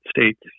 States